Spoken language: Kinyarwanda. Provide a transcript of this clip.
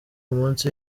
umunsi